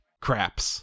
Craps